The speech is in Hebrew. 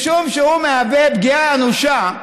משום שהוא מהווה פגיעה אנושה,